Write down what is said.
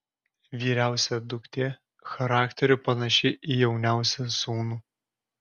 vyriausia duktė charakteriu panaši į jauniausią sūnų